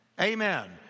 Amen